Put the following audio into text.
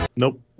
Nope